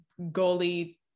goalie